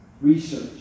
Research